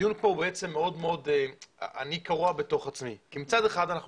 אני קרוע בתוך עצמי כי מצד אחד אנחנו